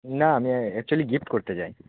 না আমি actually gift করতে চাই